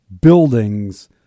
buildings